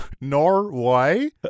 Norway